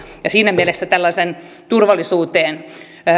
ja siinä mielessä turvallisuuteen